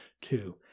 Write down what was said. two